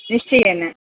निश्चयेन